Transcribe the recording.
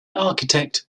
architect